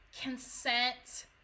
consent –